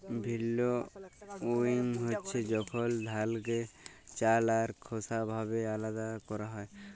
ভিল্লউইং হছে যখল ধালকে চাল আর খোসা ভাবে আলাদা ক্যরা হ্যয়